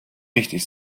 richtig